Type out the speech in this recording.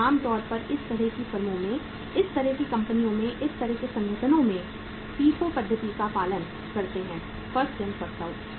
तो आम तौर पर इस तरह की फर्मों में इस तरह की कंपनियों में इस तरह के संगठनों में वे एफआईएफओ पद्धति का पालन करते हैं फर्स्ट इन फर्स्ट आउट